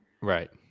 Right